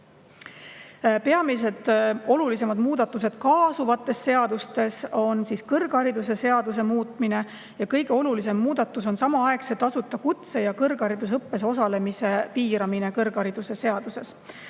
Peamised olulisemad muudatused kaasuvates seadustes tehakse kõrgharidusseaduses. Kõige olulisem muudatus on samaaegse tasuta kutse- ja kõrgharidusõppes osalemise piiramine kõrgharidusseaduses.